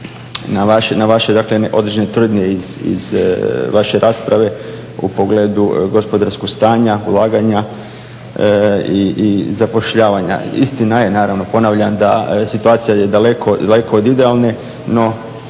dakle određene tvrdnje iz vaše rasprave u pogledu gospodarskog stanja, ulaganja i zapošljavanja. Istina je naravno, ponavljam da situacija je daleko, daleko